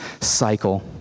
cycle